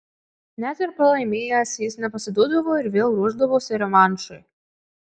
net ir pralaimėjęs jis nepasiduodavo ir vėl ruošdavosi revanšui